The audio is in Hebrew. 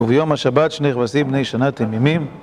וביום השבת, שני כבשים בני שנה תמימים.